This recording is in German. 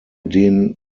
den